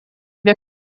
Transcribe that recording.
wir